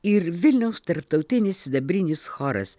ir vilniaus tarptautinis sidabrinis choras